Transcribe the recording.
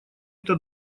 это